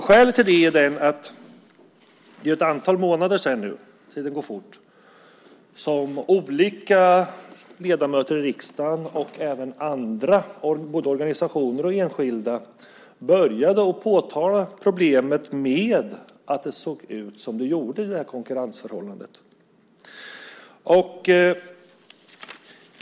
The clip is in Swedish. Skälet till det är att det är ett antal månader sedan nu - tiden går fort - som olika ledamöter i riksdagen och även andra, både organisationer och enskilda, började påtala problemet med att konkurrensförhållandet såg ut som det gjorde.